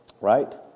Right